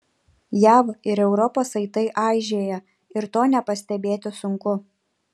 jav ir europos saitai aižėja ir to nepastebėti sunku